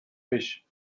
fish